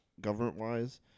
government-wise